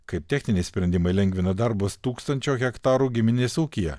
kaip techniniai sprendimai lengvina darbas tūkstančio hektarų giminės ūkyje